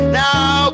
now